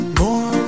more